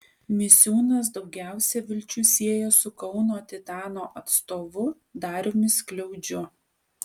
misiūnas daugiausia vilčių sieja su kauno titano atstovu dariumi skliaudžiu